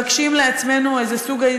ומבקשים לעצמנו איזה סוג,